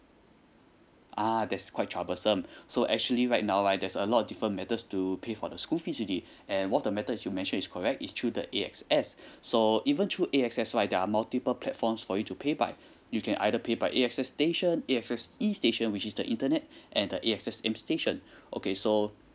ah that's quite troublesome so actually right now right there's a lot different methods to pay for the school fees already and one of the method you've mentioned is correct it's through the A_X_S so even through A_X_S right there are multiple platforms for you to pay by you can either pay by A_X_S station A_X_S E station which is the internet and the A_X_S M station okay so